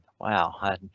wow